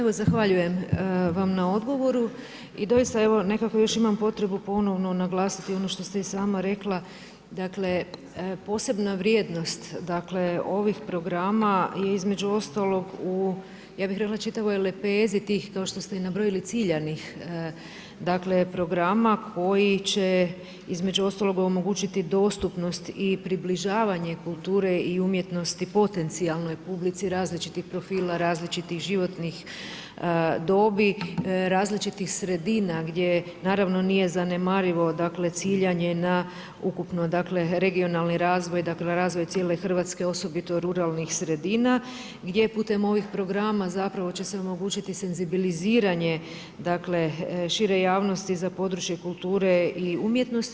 Evo zahvaljujem vam na odgovoru, i doista evo nekako još imam potrebu ponovno naglasiti ono što ste i sama rekla, dakle posebna vrijednost ovih programa je između ostalog u ja bih rekla u čitavoj lepezi tih, to što ste nabrojali, ciljanih programa koji će između ostalog omogućiti dostupnosti i približavanje kulture i umjetnosti potencijalnoj publici različitih profila, različitih životnih dobi, različitih sredina gdje naravno nije zanemarivo ciljanje na ukupno regionalni razvoj, razvoj cijele Hrvatske, osobito ruralnih sredina gdje putem ovih programa zapravo će se omogućiti senzibiliziranje šire javnosti za područje kulture i umjetnosti.